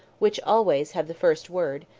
which always have the first word,